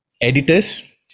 editors